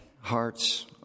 hearts